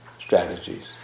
strategies